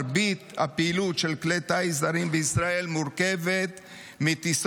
מרבית הפעילות של כלי טיס זרים בישראל מורכבת מטיסות